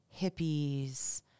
hippies